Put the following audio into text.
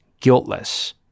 guiltless